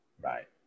Right